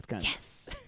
Yes